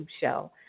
show